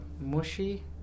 mushy